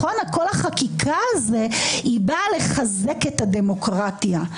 כל החקיקה הזאת באה לחזק את הדמוקרטיה...